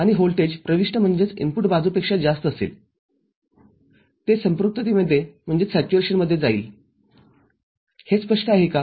आणि व्होल्टेज प्रविष्टबाजूपेक्षा जास्त असेल ते संपृक्ततेमध्ये जाईल हे स्पष्ट आहे का